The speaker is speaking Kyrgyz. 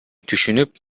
түшүнүп